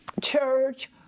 church